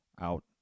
out